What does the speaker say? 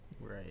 Right